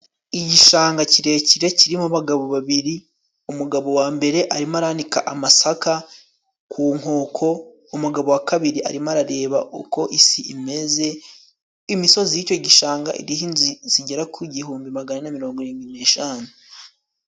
Igishanga kirekire kirimo abagabo babiri, umugabo wa mbere arimo aranika amasaka ku nkoko. Umugabo wa kabiri, arimo arareba uko isi imeze. Imisozi y'icyo gishanga iriho inzu zigera ku gihumbi magana ane na mirongo irindwi n'eshanu.